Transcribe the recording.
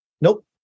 Nope